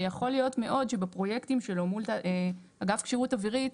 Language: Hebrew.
שיכול להיות מאוד שבפרויקטים שלו מול אגף כשירות אווירית,